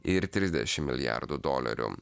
ir trisdešim milijardų dolerių